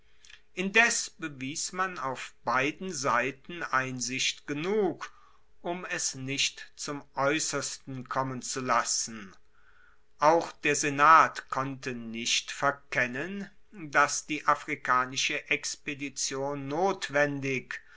indes bewies man auf beiden seiten einsicht genug um es nicht zum aeussersten kommen zu lassen auch der senat konnte nicht verkennen dass die afrikanische expedition notwendig